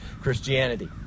Christianity